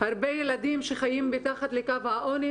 הרבה ילדים שחיים מתחת לקו העוני,